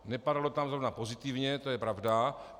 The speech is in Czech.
Nepadalo tam zrovna pozitivně, to je pravda.